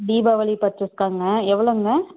Deepavali purchase தாங்க எவ்வளோங்க